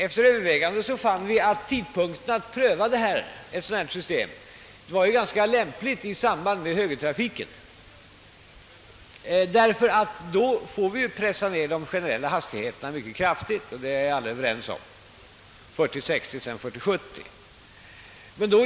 Efter överväganden i departementet fann vi, att den rätta tidpunkten att pröva ett sådant system infaller i samband med Öövergången till högertrafik. Då måste vi — det är alla överens om — generellt sänka hastighetsgränserna mycket kraftigt, först till 40—60 km, sedan till 50—70 km.